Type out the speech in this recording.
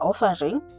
offering